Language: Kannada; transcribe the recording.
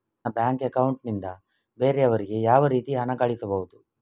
ನನ್ನ ಬ್ಯಾಂಕ್ ಅಕೌಂಟ್ ನಿಂದ ಬೇರೆಯವರಿಗೆ ಯಾವ ರೀತಿ ಹಣ ಕಳಿಸಬಹುದು?